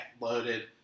loaded